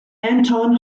anton